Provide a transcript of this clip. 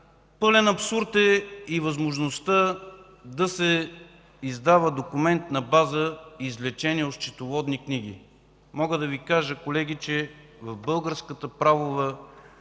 Пълен абсурд е и възможността да се издава документ на база извлечение от счетоводни книги. Колеги, мога да Ви кажа, че в българската правова